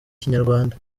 ikinyarwanda